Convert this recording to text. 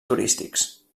turístics